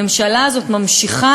והממשלה הזאת ממשיכה